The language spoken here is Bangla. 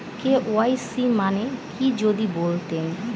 কে.ওয়াই.সি মানে কি যদি বলতেন?